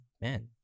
man